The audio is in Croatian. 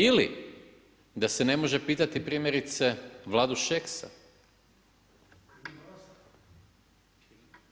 Ili da se ne može pitati primjerice Vladu Šeksa [[Upadica: